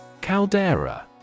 Caldera